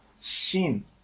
sin